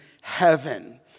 heaven